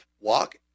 walk